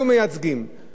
היו מייצגים למדינה,